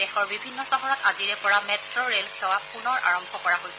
দেশৰ বিভিন্ন চহৰত আজিৰে পৰা মেট্ৰ ৰে'ল সেৱা পুনৰ আৰম্ভ কৰা হৈছে